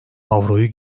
avroyu